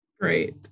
Great